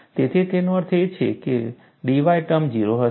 તેથી તેનો અર્થ એ કે Dy ટર્મ 0 હશે